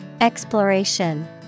Exploration